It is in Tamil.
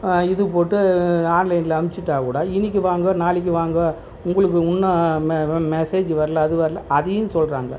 இது போட்டு ஆன்லைனில் அமிச்சிட்டால் கூட இன்றைக்கி வாங்க நாளைக்கு வாங்க உங்களுக்கு இன்னும் மெஸேஜு வரல அது வரல அதையும் சொல்கிறாங்க